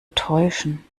täuschen